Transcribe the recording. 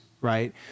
right